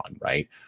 right